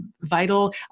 vital